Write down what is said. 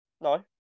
No